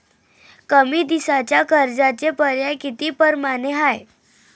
कमी दिसाच्या कर्जाचे पर्याय किती परमाने हाय?